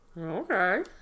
Okay